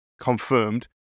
confirmed